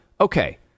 Okay